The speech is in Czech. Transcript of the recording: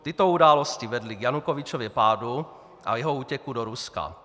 Tyto události vedly k Janukovyčově pádu a k jeho útěku do Ruska.